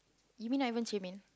you mean I haven't